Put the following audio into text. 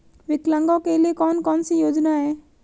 विकलांगों के लिए कौन कौनसी योजना है?